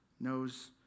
knows